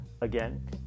again